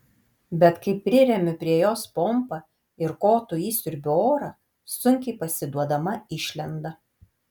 bet kai priremiu prie jos pompą ir kotu išsiurbiu orą sunkiai pasiduodama išlenda